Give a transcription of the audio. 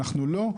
אנחנו לא,